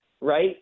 right